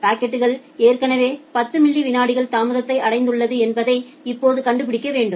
பாக்கெட்கள் ஏற்கனவே 10 மில்லி விநாடிகள் தாமதத்தை அடைந்துள்ளது என்பதை இப்போது கண்டுபிடிக்க வேண்டும்